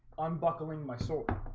i'm buckling my soul